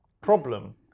problem